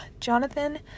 Jonathan